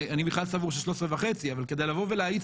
אני בכלל סבור ש-13,500 אבל כדי לבוא ולהאיץ